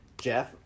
Jeff